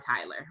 Tyler